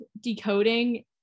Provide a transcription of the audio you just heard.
decoding